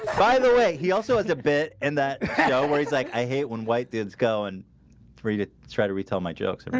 by the way he also has a bit and that don't worries like i hate when white dudes go and free to try to retell my jokes. i mean